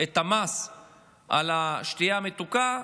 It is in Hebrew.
את המס על השתייה המתוקה,